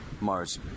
Mars